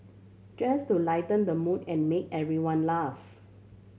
just to lighten the mood and make everyone laugh